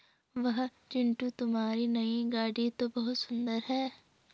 वाह चिंटू तुम्हारी नई गाड़ी तो बहुत सुंदर है